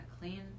clean